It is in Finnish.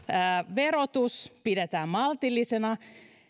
verotus pidetään maltillisena